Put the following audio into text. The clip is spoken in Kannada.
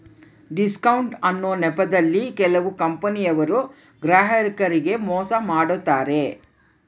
ಡಿಸ್ಕೌಂಟ್ ಅನ್ನೊ ನೆಪದಲ್ಲಿ ಕೆಲವು ಕಂಪನಿಯವರು ಗ್ರಾಹಕರಿಗೆ ಮೋಸ ಮಾಡತಾರೆ